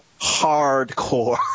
hardcore